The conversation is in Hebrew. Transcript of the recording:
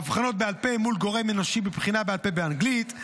היבחנות בעל פה מול גורם אנושי בבחינה בעל פה באנגלית,